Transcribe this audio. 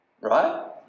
Right